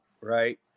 right